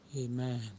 Amen